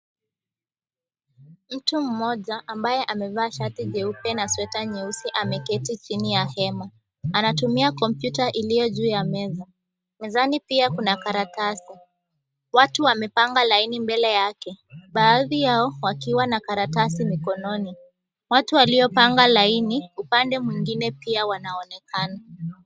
Mtu mmoja ambaye amevaa shati jeupe na sweta nyeusi ameketi chini ya hema. Anatumia kompyuta iliyojuu ya meza. Mezani pia kuna karatasi. Watu wamepanga laini mbele yake, baadhi yao wakiwa na karatasi mikononi. Watu waliopanga laini upande mwingine wanaonekana.